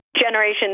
Generation